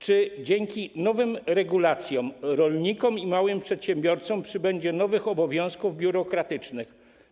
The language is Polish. Czy dzięki nowym regulacjom rolnikom i małym przedsiębiorcom przybędzie nowych obowiązków biurokratycznych?